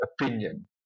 opinion